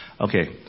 Okay